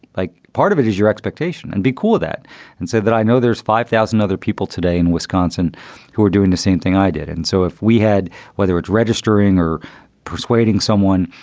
like part of it is your expectation. and be cool of that and say that i know there's five thousand other people today in wisconsin who are doing the same thing i did. and so if we had whether it's registering or persuading someone,